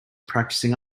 practicing